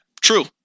true